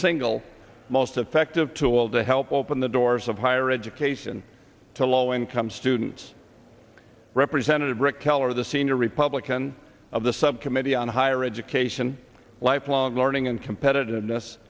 single most effective tool to help open the doors of higher education to low income students representative rick keller the senior republican of the subcommittee on higher education lifelong learning and competitiveness